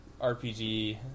RPG